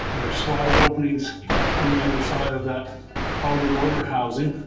are slotted openings on the underside of that outer motor housing